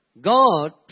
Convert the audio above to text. God